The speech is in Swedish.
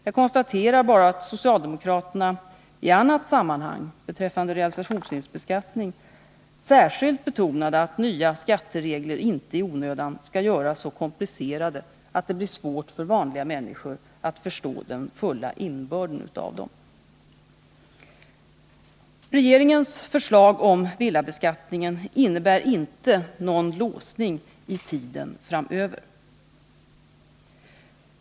Jag konstaterar bara att socialdemokraterna i annat sammanhang, beträffande realisationsvinstbeskattningen, särskilt betonade att nya skatteregler inte i onödan skall göras så komplicerade att det blir svårt för vanliga människor att förstå den fulla innebörden av dem. Regeringens förslag om villabeskattningen innebär inte någon låsning i tiden framöver.